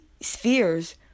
spheres